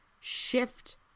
shift